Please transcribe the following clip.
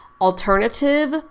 alternative